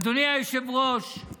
אדוני היושב-ראש,